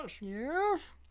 Yes